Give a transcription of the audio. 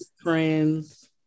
friends